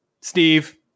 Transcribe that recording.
Steve